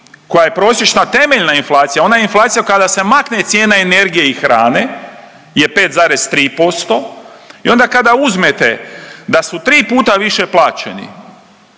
koja je prosječna temeljna inflacija, ona inflacija kada se makne cijena energije i hrane je 5,3% i onda kada uzmete da su 3 puta više plaćeni,